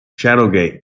Shadowgate